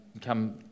come